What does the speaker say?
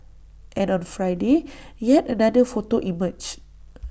and on Friday yet another photo emerged